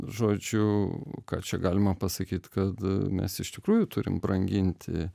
žodžiu ką čia galima pasakyt kad mes iš tikrųjų turim branginti